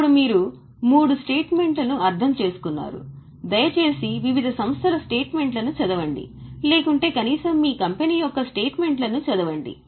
ఇప్పుడు మీరు మూడు స్టేట్మెంట్లను అర్థం చేసుకున్నారు దయచేసి వివిధ సంస్థల స్టేట్మెంట్లను చదవండి లేకుంటే కనీసం మీ కంపెనీ యొక్క స్టేట్మెంట్లను చదవండి